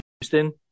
Houston